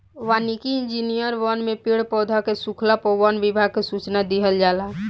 वानिकी इंजिनियर वन में पेड़ पौधा के सुखला पर वन विभाग के सूचना दिहल जाला